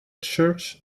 church